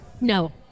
no